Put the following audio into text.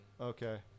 okay